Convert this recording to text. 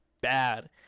bad